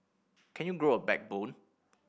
can you grow a backbone